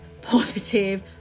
positive